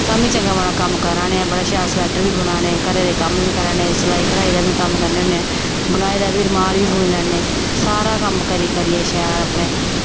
तां बी चंगा माड़ा कम्म करा ने आं ते बड़ा शैल स्वेटर बी बुना दे घरै दे कम्म बी करा ने सलाई कढ़ाई दा बी कम्म करने होने ते बनाए दा रमाल बी बुनी लैन्ने सारा कम्म करी करियै शैल अपने